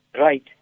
right